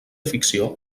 ficció